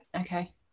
Okay